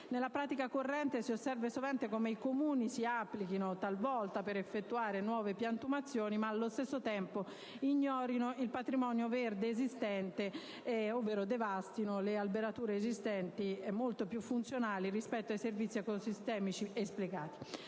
Nella pratica corrente si osserva sovente come i Comuni si applichino talvolta per effettuare nuove piantumazioni ma, allo stesso tempo, ignorino il patrimonio verde esistente, ovvero devastino le alberature esistenti, molto più funzionali rispetto ai servizi ecosistemici esplicati,